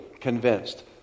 convinced